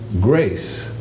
grace